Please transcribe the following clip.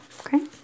okay